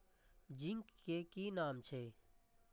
Zinc के कि काम छै?